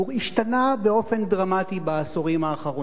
השתנה באופן דרמטי בעשורים האחרונים,